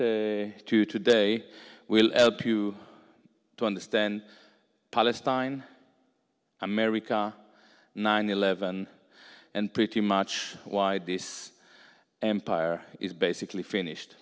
present to today will help you to understand palestine america nine eleven and pretty much why this empire is basically finished